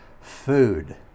food